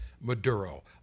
Maduro